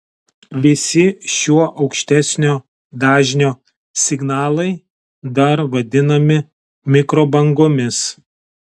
visi šiuo aukštesnio dažnio signalai dar vadinami mikrobangomis